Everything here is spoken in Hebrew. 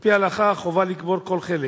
על-פי ההלכה חובה לקבור כל חלק.